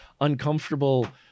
uncomfortable